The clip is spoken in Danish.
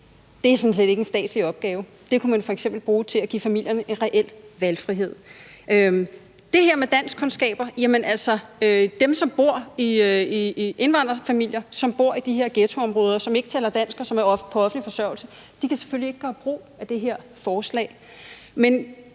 det er sådan set ikke en statslig opgave, så det beløb kunne man f.eks. bruge til at give familierne en reel valgfrihed. Og hvad angår det her med danskkundskaber, så kan de indvandrerfamilier, som bor i de her ghettoområder, som ikke taler dansk, og som er på offentlig forsørgelse, selvfølgelig ikke gøre brug af det her forslag. Men